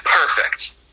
perfect